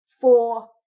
four